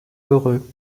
heureux